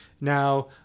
Now